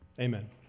Amen